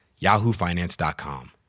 yahoofinance.com